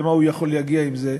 למה הוא יכול להגיע עם זה.